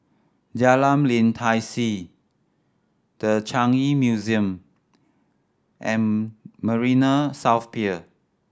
Jalan Lim Tai See The Changi Museum and Marina South Pier